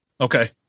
Okay